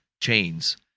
chains